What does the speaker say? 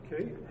Okay